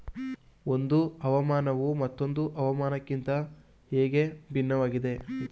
ಒಂದು ಹವಾಮಾನವು ಮತ್ತೊಂದು ಹವಾಮಾನಕಿಂತ ಹೇಗೆ ಭಿನ್ನವಾಗಿದೆ?